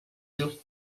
you